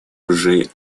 уже